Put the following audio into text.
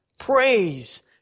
Praise